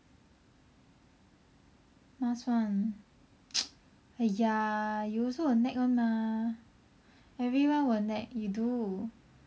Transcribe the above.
must one !aiya! you also will nag one mah everyone will nag you do